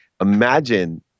imagine